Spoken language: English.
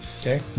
Okay